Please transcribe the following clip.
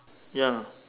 ya